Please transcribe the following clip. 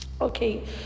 okay